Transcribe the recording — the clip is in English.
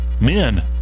men